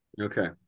Okay